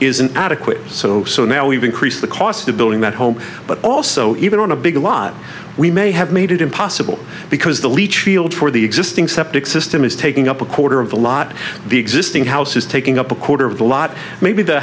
isn't adequate so so now we've increased the cost of building that home but also even on a big lot we may have made it impossible because the leach field for the existing septic system is taking up a quarter of the lot the existing house is taking up a quarter of the lot maybe the